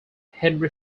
henry